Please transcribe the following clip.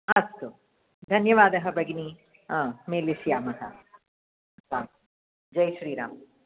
अस्तु धन्यवादः भगिनी मेलिष्यामः जय् श्रीराम्